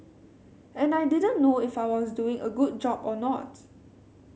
and I didn't know if I was doing a good job or not